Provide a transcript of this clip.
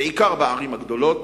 בעיקר בערים הגדולות,